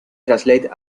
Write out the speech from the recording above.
translated